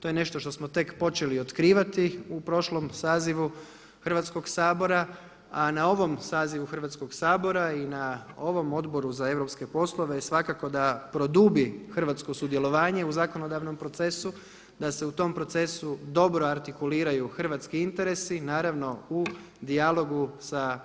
To je nešto što smo tek počeli otkrivati u prošlom sazivu Hrvatskog sabora, a na ovom sazivu Hrvatskog sabora i na ovom Odboru za europske poslove svakako da produbi hrvatsko sudjelovanje u zakonodavnom procesu, da se u tom procesu dobro artikuliraju hrvatski interesi naravno u dijalogu sa